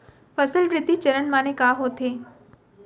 फसल वृद्धि चरण माने का होथे?